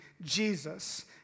Jesus